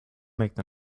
make